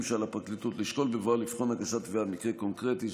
שעל הפרקליטות לשקול בבואה לבחון הגשת תביעה במקרה קונקרטי.